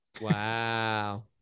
Wow